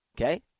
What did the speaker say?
okay